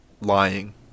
Lying